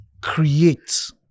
create